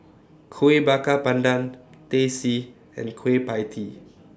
Kuih Bakar Pandan Teh C and Kueh PIE Tee